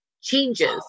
changes